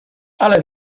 ale